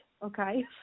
Okay